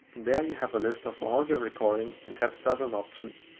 there you have a list of all your recordings and have several options.